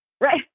Right